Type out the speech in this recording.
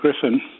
Griffin